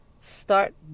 start